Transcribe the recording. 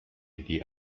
die